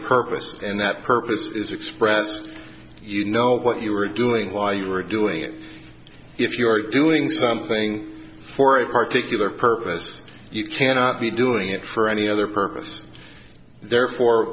purpose and that purpose is expressed you know what you are doing why you are doing it if you are doing something for it particularly purpose you cannot be doing it for any other purpose therefore